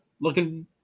Looking